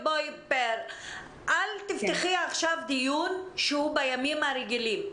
פאר, אל תפתחי עכשיו דיון שהוא בימים הרגילים.